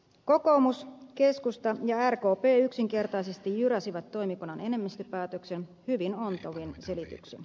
kokoomus keskusta ja rkp yksinkertaisesti jyräsivät toimikunnan enemmistöpäätöksen hyvin ontuvin selityksin